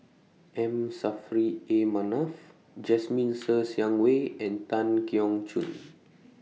M Saffri A Manaf Jasmine Ser Xiang Wei and Tan Keong Choon